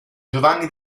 giovanni